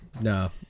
No